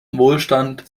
wohlstand